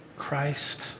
Christ